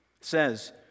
says